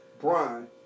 Brian